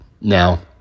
Now